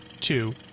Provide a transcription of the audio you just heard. two